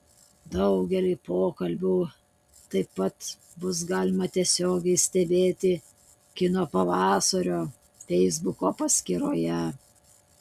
daugelį pokalbių taip pat bus galima tiesiogiai stebėti kino pavasario feisbuko paskyroje